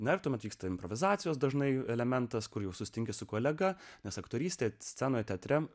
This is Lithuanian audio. tartum vyksta improvizacijos dažnai elementas kuriuo susitinki su kolega nes aktorystė scenoje teatre